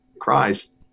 Christ